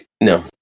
No